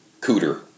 cooter